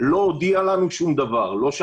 לא הודיעה לנו שום דבר,